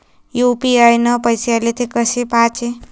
UPI न पैसे आले, थे कसे पाहाचे?